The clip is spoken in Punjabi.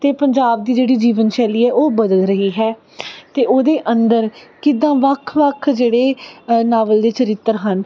ਅਤੇ ਪੰਜਾਬ ਦੀ ਜਿਹੜੀ ਜੀਵਨ ਸ਼ੈਲੀ ਹੈ ਉਹ ਬਦਲ ਰਹੀ ਹੈ ਅਤੇ ਉਹਦੇ ਅੰਦਰ ਕਿੱਦਾਂ ਵੱਖ ਵੱਖ ਜਿਹੜੇ ਨਾਵਲ ਦੇ ਚਰਿੱਤਰ ਹਨ